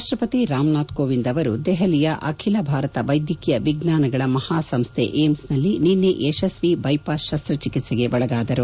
ರಾಷ್ಲಪತಿ ರಾಮನಾಥ್ ಕೋವಿಂದ್ ಅವರು ದೆಹಲಿಯ ಅಖಿಲ ಭಾರತ ವೈದ್ಯಕೀಯ ವಿಜ್ಞಾನಗಳ ಮಹಾಸಂಶೈ ಎಐಐಎಂಎಸ್ನಲ್ಲಿ ನಿನ್ನೆ ಯಶಸ್ವಿ ದ್ಲೆಪಾಸ್ ಶಸ್ತಚಿಕಿತ್ಸೆಗೆ ಒಳಗಾದರು